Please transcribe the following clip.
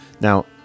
now